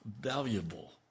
valuable